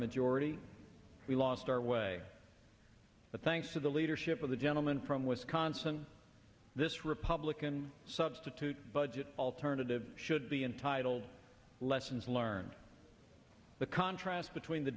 majority we lost our way but thanks to the leadership of the gentleman from wisconsin this republican substitute budget alternative should be entitled lessons learned the contrast between the